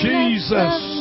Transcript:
Jesus